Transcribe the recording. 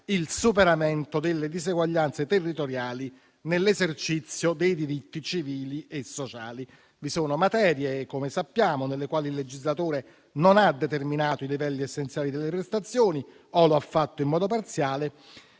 il superamento delle diseguaglianze territoriali nell'esercizio dei diritti civili e sociali. Vi sono materie, come sappiamo, nelle quali il legislatore non ha determinato i livelli essenziali delle prestazioni o lo ha fatto in modo parziale.